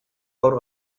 gaur